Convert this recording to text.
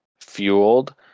fueled